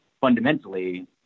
fundamentally